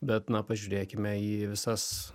bet na pažiūrėkime į visas